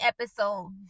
episode